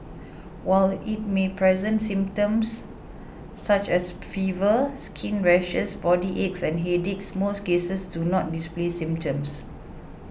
while it may present symptoms such as fever skin rashes body aches and headache most cases do not display symptoms